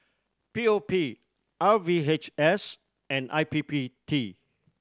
P O P R V H S and I P P T